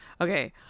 okay